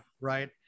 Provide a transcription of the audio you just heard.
Right